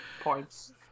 points